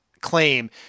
claim